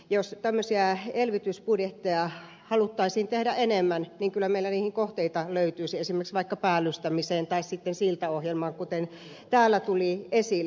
jos tämmöisiä elvytysbudjetteja haluttaisiin tehdä enemmän niin kyllä meillä niihin kohteita löytyisi vaikkapa päällystämiseen tai siltaohjelmaan kuten täällä tuli esille